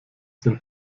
den